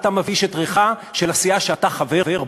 אתה מבאיש את ריחה של הסיעה שאתה חבר בה.